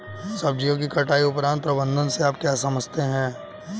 सब्जियों की कटाई उपरांत प्रबंधन से आप क्या समझते हैं?